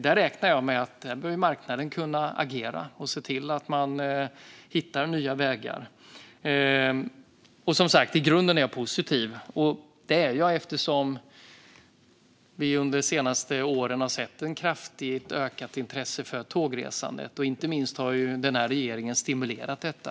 Där räknar jag med att marknaden kan agera och se till att man hittar nya vägar. Som sagt: I grunden är jag positiv. Det är jag eftersom vi under de senaste åren har sett ett kraftigt ökat intresse för tågresandet. Inte minst har den här regeringen stimulerat detta.